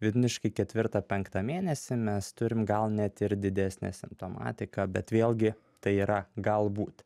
vidutiniškai ketvirtą penktą mėnesį mes turim gal net ir didesnę simptomatiką bet vėlgi tai yra galbūt